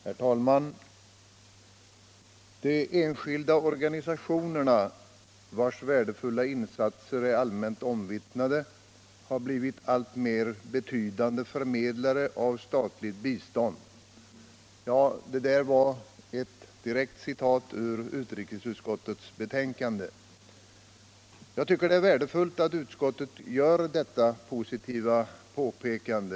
Herr talman! ”De enskilda organisationerna — vars värdefulla insatser är allmänt omvittnade — har blivit alltmer betydande förmedlare av statligt bistånd.” Detta var ett direkt citat ur utrikesutskottets betänkande. Jag tycker det är värdefullt att utskottet gör detta positiva uttalande.